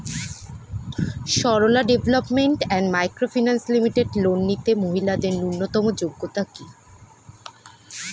Sarala development and micro finance limited loan নিতে মহিলাদের ন্যূনতম যোগ্যতা কী?